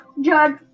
judge